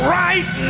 right